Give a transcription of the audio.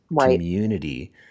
community